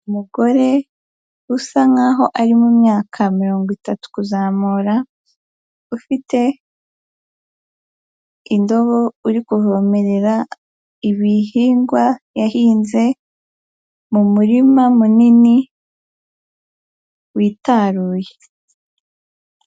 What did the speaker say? Umugore usa nk'aho ari mumyaka mirongo itatu kuzamura, ufite indobo, uri kuvomerera ibihingwa yahinze mu murima munini witaruye.